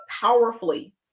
powerfully